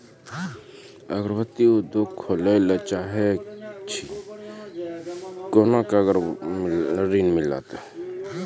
अगरबत्ती उद्योग खोले ला चाहे छी कोना के ऋण मिलत?